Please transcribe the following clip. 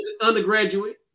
undergraduate